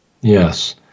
yes